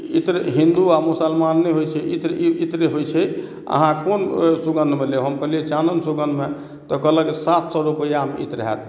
इत्र हिन्दू आ मुसलमान नहि होइ छै इत्र इत्र होइ छै अहाँ कोन सुगंधमे लेब हम कहलियै चानन सुगंधमे तऽ कहलक सात सए रुपैआमे इत्र हैत